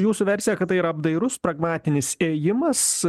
jūsų versija kad tai yra apdairus pragmatinis ėjimas